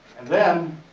and then,